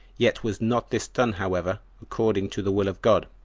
yet was not this done however according to the will of god,